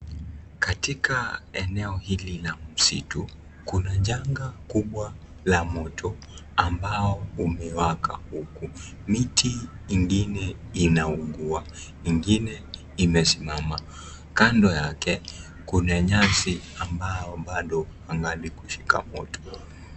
Katika eneo hili la msitu kuna changa kubwa la moto ambao umewaka uku, miti ingine inaugua ingine imesimama, kando yake kuna nyasi ambao bado angali kushika moto.